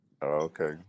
Okay